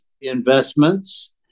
investments